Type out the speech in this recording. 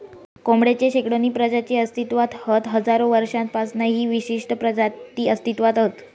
कोंबडेची शेकडोनी प्रजाती अस्तित्त्वात हत हजारो वर्षांपासना ही विशिष्ट प्रजाती अस्तित्त्वात हत